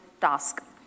task